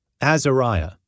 Azariah